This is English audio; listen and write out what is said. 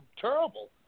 terrible